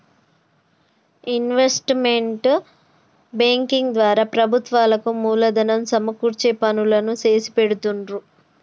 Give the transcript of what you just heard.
investment banking ద్వారా ప్రభుత్వాలకు మూలధనం సమకూర్చే పనులు చేసిపెడుతుండ్రు